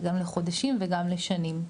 גם לחודשים וגם לשנים.